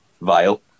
vile